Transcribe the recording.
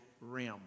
realm